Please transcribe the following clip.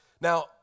Now